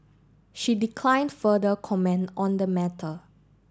she declined further comment on the matter